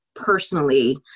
personally